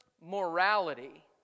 morality